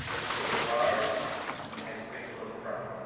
link of brevard and space coast pride.